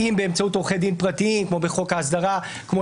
באמצעות עורכי דין פרטיים כמו בחוק ההסדרה כמו